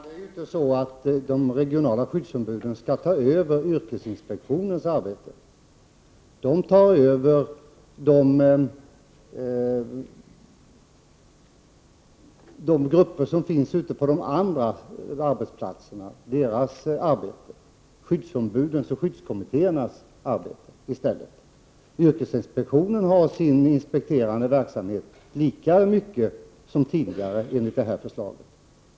Fru talman! De regionala skyddsombuden skall inte ta över yrkesinspek 24 maj 1989 tionens arbete. De tar över skyddsombudens och skyddskommittéernas arbete ute på arbetsplatserna. Enligt detta förslag har yrkesinspektionen sin inspekterande verksamhet lika mycket som tidigare.